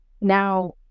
now